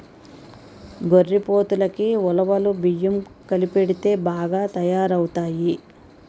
గొర్రెపోతులకి ఉలవలు బియ్యం కలిపెడితే బాగా తయారవుతాయి